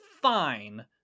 fine